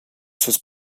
sus